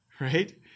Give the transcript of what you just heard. Right